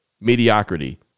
mediocrity